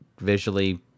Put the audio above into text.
visually